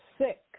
sick